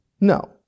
No